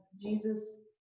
Jesus